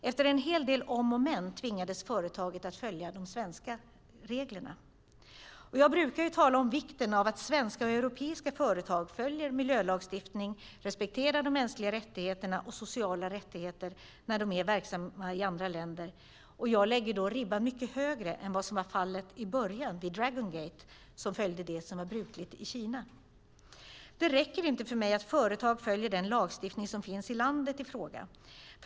Efter en hel del om och men tvingades företaget följa de svenska reglerna. Jag brukar tala om vikten av att svenska och europeiska företag följer miljölagstiftningen och respekterar de mänskliga rättigheterna och sociala rättigheter när de är verksamma i andra länder. Jag lägger då ribban mycket högre än vad som var fallet i början vid Dragon Gate, där man följde det som var brukligt i Kina. Det räcker inte för mig att företag följer den lagstiftning som finns i landet i fråga.